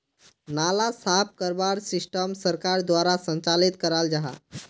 नाला साफ करवार सिस्टम सरकार द्वारा संचालित कराल जहा?